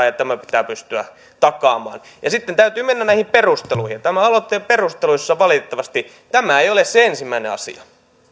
ja tämä pitää pystyä takaamaan sitten täytyy mennä näihin perusteluihin ja näissä aloitteen perusteluissa tämä ei valitettavasti ole se ensimmäinen asia